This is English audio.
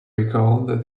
recalled